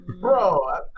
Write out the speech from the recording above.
bro